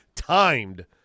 timed